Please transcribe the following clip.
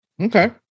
Okay